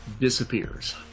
disappears